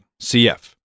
CF